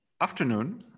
afternoon